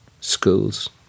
schools